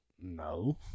No